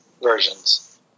versions